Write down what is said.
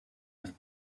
with